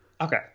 Okay